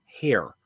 hair